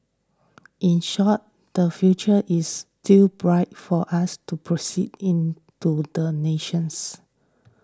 in short the future is still bright for us to proceed into the nation's